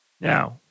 Now